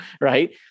right